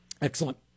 Excellent